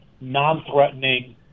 non-threatening